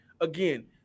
Again